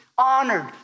honored